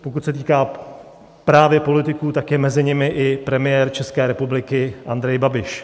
Pokud se týká právě politiků, tak je mezi nimi i premiér České republiky Andrej Babiš.